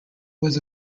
was